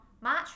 March